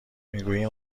میگوییم